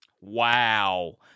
wow